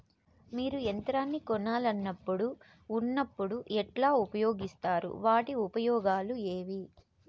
మీరు యంత్రాన్ని కొనాలన్నప్పుడు ఉన్నప్పుడు ఎట్లా ఉపయోగిస్తారు వాటి ఉపయోగాలు ఏవి?